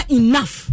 enough